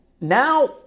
now